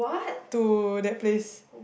to that place